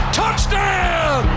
touchdown